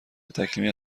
تکمیل